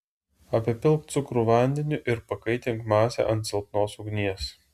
apipilk cukrų vandeniu ir pakaitink masę ant silpnos ugnies